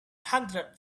hundred